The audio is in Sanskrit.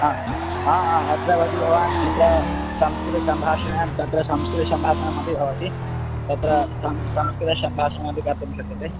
आम् आम् आम् अत्र यदि भवान् तत्र संस्कृतसम्भाषणं तत्र संस्कृतसम्भाषणमपि भवति तत्र सः संस्कृतसम्भाषणमपि कर्तुं शक्यते